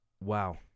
Wow